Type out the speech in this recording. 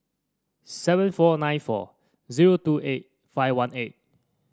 seven four nine four zero two eight five one eight